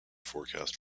forecast